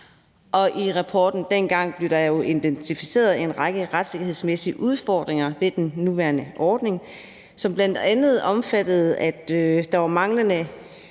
og i rapporten blev der identificeret en række retssikkerhedsmæssige udfordringer ved den nuværende ordning, som bl.a. omfattede, at der var mangelfuld